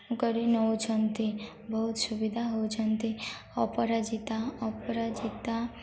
କରି ନେଉଛନ୍ତି ବହୁତ ସୁବିଧା ହେଉଛନ୍ତି ଅପରାଜିତା ଅପରାଜିତା